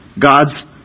God's